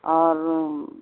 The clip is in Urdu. اور